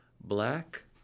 black